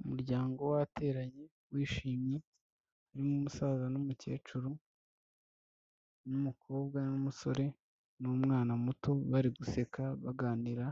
Umuryango wateranye wishimye urimo umusaza n'umukecuru n'umukobwa n'umusore n'umwana muto, bari guseka, baganira,